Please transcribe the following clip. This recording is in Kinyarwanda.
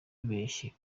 yabeshye